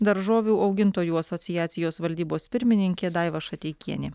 daržovių augintojų asociacijos valdybos pirmininkė daiva šateikienė